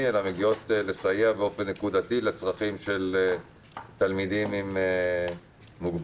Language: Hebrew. אלא מגיעות לסייע באופן נקודתי לצרכים של תלמידים עם מוגבלות.